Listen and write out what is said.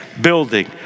building